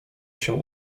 się